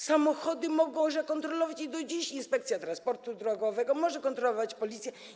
Samochody może kontrolować, i tak jest do dziś, Inspekcja Transportu Drogowego, może kontrolować policja.